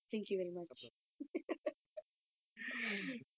no problem